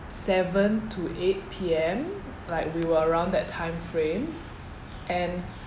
seven to eight P_M like we were around that timeframe and